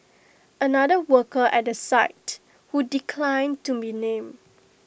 another worker at the site who declined to be named